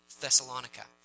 Thessalonica